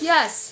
Yes